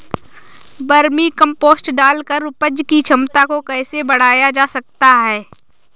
Vermi compost डालकर उपज की क्षमता को कैसे बढ़ाया जा सकता है?